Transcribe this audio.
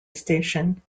station